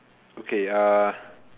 okay